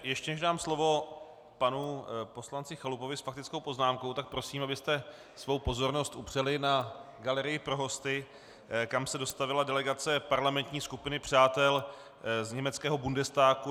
Ještě než dám slovo panu poslanci Chalupovi s faktickou poznámkou, tak prosím, abyste svou pozornost upřeli na galerii pro hosty, kam se dostavila delegace parlamentní skupiny přátel z německého Bundestagu.